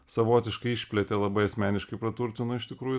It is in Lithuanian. savotiškai išplėtė labai asmeniškai praturtino iš tikrųjų